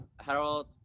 Harold